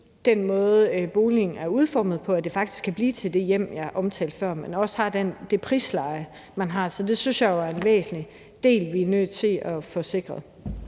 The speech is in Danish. den måde, boligen er udformet på, faktisk kan blive til det hjem, jeg omtalte før, men også sådan at det har det prisleje, der er. Så det synes jeg jo er en væsentlig del, vi er nødt til at få sikret.